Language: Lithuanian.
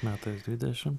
metais dvidešim